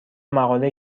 مقالهای